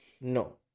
no